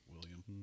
william